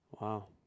Wow